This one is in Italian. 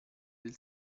del